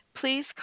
please